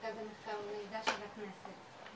חוקרת במרכז המחקר והמידע של הכנסת,